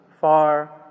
far